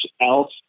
else